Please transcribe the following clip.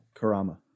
Karama